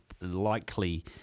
likely